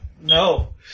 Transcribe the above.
No